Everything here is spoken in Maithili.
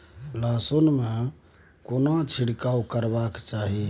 लहसुन में केना छिरकाव करबा के चाही?